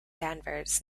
danvers